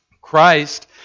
Christ